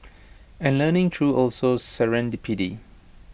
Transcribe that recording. and learning through also serendipity